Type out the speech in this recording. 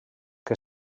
que